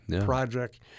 project